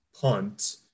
punt